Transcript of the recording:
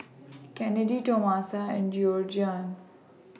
Kennedy Tomasa and Georgiann